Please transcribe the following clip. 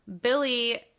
Billy